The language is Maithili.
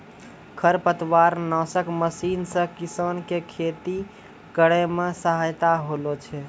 खरपतवार नासक मशीन से किसान के खेती करै मे सहायता होलै छै